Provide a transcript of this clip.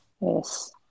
Yes